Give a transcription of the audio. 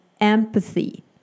empathy